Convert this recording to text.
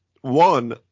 One